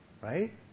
Right